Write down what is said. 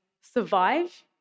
survive